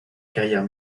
carrière